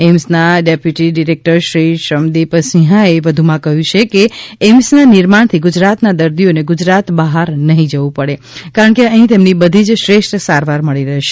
એઇમ્સના ડેપ્યુટી ડિરેકટરશ્રી શ્રમદીપ સિંહાયે વધુમાં કહ્યુ છે કે એઇમ્સના નિર્માણથી ગુજરાતના દર્દીઓને ગુજરાત બહાર નહિ જવું પડે કારણ કે અહીં તેમને બધી જ શ્રેષ્ઠ સારવાર મળી રહેશે